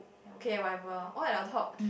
okay whatever all on your talk